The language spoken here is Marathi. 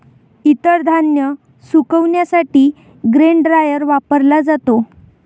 इतर धान्य सुकविण्यासाठी ग्रेन ड्रायर वापरला जातो